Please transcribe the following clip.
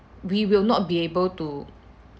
we will not be able to